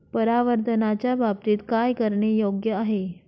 परावर्तनाच्या बाबतीत काय करणे योग्य आहे